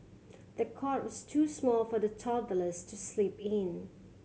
the cot was too small for the toddlers to sleep in